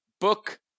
book